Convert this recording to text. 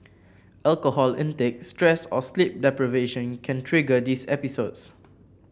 alcohol intake stress or sleep deprivation can trigger these episodes